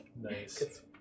Nice